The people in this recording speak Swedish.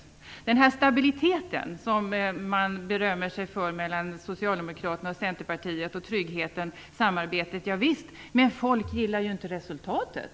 Och så den här stabiliteten som man berömmer sig för mellan Socialdemokraterna och Centerpartiet, och tryggheten, och samarbetet: Javisst, men folk gillar ju inte resultatet!